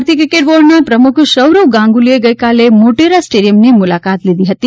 ભારતીય ક્રિકેટ બોર્ડના પ્રમુખ સૌરવ ગાંગુલીએ ગઇકાલે મોટેરા સ્ટેડિયમની મુલાકાત લીધી હતી